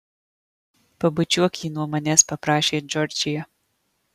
pabučiuok jį nuo manęs paprašė džordžija